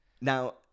Now